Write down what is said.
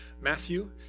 Matthew